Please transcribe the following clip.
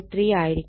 3 ആയിരിക്കും